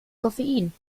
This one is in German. koffein